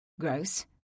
gross